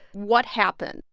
what happened?